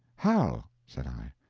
how? said i.